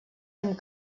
amb